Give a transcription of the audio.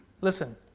listen